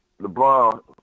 LeBron